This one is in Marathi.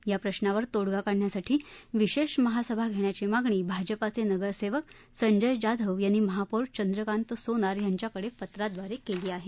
या प्रश्नावर तोडगा काढण्यासाठी विशेष महासभा घेण्याची मागणी भाजपाचे नगरसेवक संजय जाधव यांनी महापौर चंद्रकांत सोनार यांच्याकडे पत्राद्वारे केली आहे